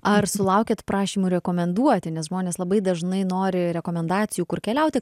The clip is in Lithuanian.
ar sulaukėt prašymų rekomenduoti nes žmonės labai dažnai nori rekomendacijų kur keliauti